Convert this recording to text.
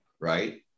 Right